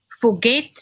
forget